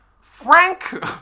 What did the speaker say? frank